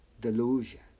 delusion